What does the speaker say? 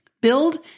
Build